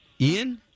Ian